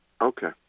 Okay